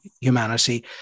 humanity